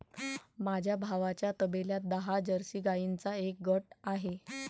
माझ्या भावाच्या तबेल्यात दहा जर्सी गाईंचा एक गट आहे